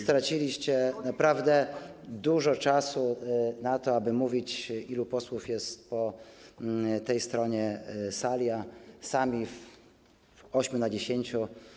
Straciliście naprawdę dużo czasu na to, aby mówić, ilu posłów jest po tej stronie sali, a sami w ośmiu na dziesięciu.